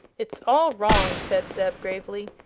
it's all wrong, said zeb, gravely.